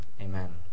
Amen